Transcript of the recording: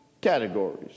categories